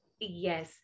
Yes